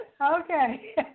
Okay